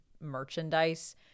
merchandise